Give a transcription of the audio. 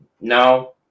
No